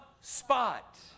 spot